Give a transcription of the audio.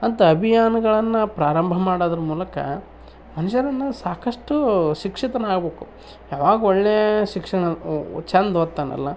ಅಂಥ ಅಭಿಯಾನಗಳನ್ನು ಪ್ರಾರಂಭ ಮಾಡೋದ್ರ ಮೂಲಕ ಮನುಜರನ್ನು ಸಾಕಷ್ಟು ಶಿಕ್ಷಿತನಾಗಬೇಕು ಯಾವಾಗ ಒಳ್ಳೆ ಶಿಕ್ಷಣ ಚೆಂದ ಓದ್ತಾನಲ್ಲ